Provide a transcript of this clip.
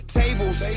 tables